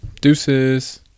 deuces